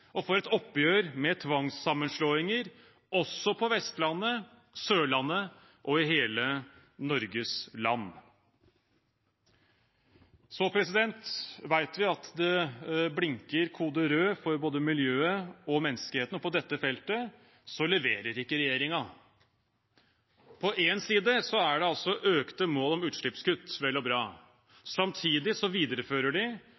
og for et oppgjør med tvangssammenslåinger også på Vestlandet, Sørlandet og i hele Norges land. Vi vet at det blinker kode rød for både miljøet og menneskeheten. På dette feltet leverer ikke regjeringen. På én side er det økte mål om utslippskutt – vel og